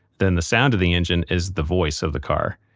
then the sound of the engine is the voice of the car,